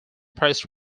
press